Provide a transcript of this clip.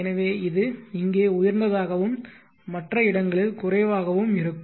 எனவே இது இங்கே உயர்ந்ததாகவும் மற்ற இடங்களில் குறைவாகவும் இருக்கும்